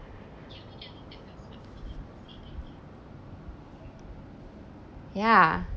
ya